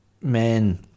men